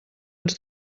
ens